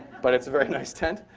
but it's a very nice tent.